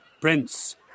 Prince